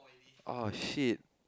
uh shit